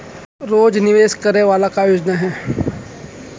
रोज निवेश करे वाला का योजना हे?